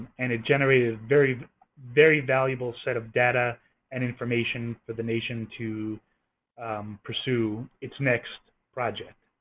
and it generated very very valuable set of data and information for the nation to pursue its next project.